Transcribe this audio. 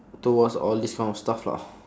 to watch all these kind of stuff lah